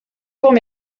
courts